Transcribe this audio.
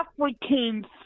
African